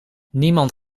niemand